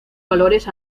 valores